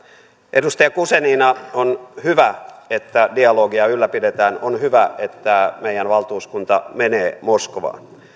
edustaja guzenina on hyvä että dialogia ylläpidetään on hyvä että meidän valtuuskuntamme menee moskovaan